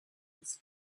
his